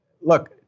look